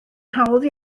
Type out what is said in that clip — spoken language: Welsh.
hawdd